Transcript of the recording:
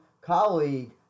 colleague